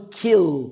kill